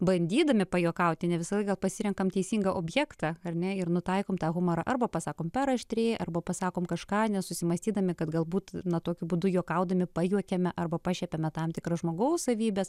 bandydami pajuokauti ne visąlaik gal pasirenkam teisingą objektą ar ne ir nutaikome tą humorą arba pasakom per aštriai arba pasakom kažką nesusimąstydami kad galbūt na tokiu būdu juokaudami pajuokiame arba pašiepiame tam tikras žmogaus savybes